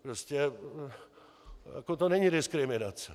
Prostě to není diskriminace.